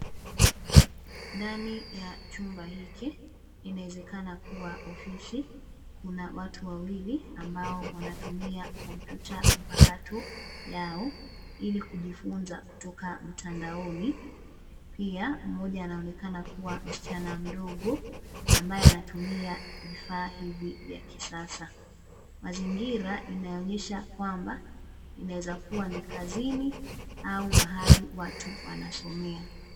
Ndani ya chumba hiki inawezekana kuwa ofisi, kuna watu wawili ambao wanatumia kompyuta mpakato yao ili kujifunza kutoka mtandaoni, pia, mmoja yanaonekana kuwa msichana mdogo, ambaye anatumia vifaa hivi vya kisasa. Mazingira inayoonyesha kwamba, inaweza kuwa ni kazini au mahali watu wanasomea.